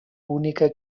única